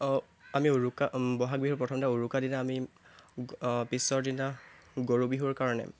আমি উৰুকা বহাগ বিহুৰ প্ৰথম দিনা উৰুকাৰ দিনা আমি পিছৰ দিনা গৰু বিহুৰ কাৰণে